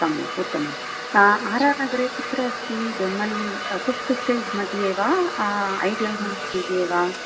सम्यक् उत्तमम् R R नगरे कुत्र अस्ति बेम्मल् फिप्त् स्टेज् मध्ये वा ऐडियाल् होम् मध्ये वा